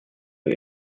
zur